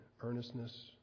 earnestness